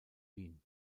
wien